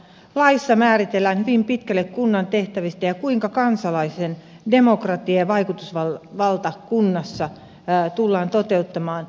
laissa määritellään hyvin pitkälle kunnan tehtäviä ja kuinka demokratia ja kansalaisen vaikutusvalta kunnassa tullaan toteuttamaan